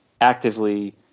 actively